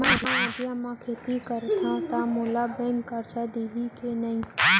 मैं अधिया म खेती करथंव त मोला बैंक करजा दिही के नही?